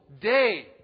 day